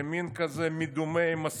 ימין כזה מדומה, עם מסכה.